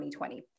2020